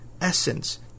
essence